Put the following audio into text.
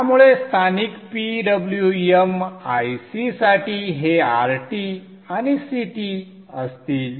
त्यामुळे स्थानिक PWM IC साठी हे Rt आणि Ct असतील